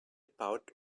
about